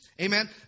Amen